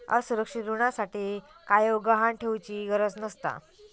असुरक्षित ऋणासाठी कायव गहाण ठेउचि गरज नसता